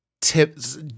tips